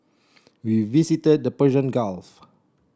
we visited the Persian Gulf